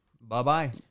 Bye-bye